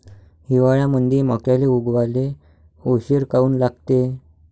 हिवाळ्यामंदी मक्याले उगवाले उशीर काऊन लागते?